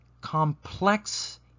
complex